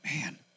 Man